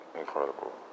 incredible